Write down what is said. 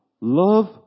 love